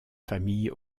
famille